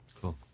cool